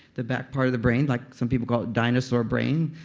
the back part of the brain. like some people call it dinosaur brain,